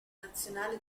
nazionale